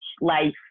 life